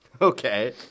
Okay